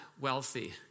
wealthy